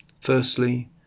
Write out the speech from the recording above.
Firstly